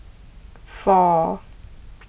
four